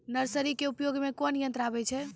Nursery के उपयोग मे कोन यंत्र आबै छै?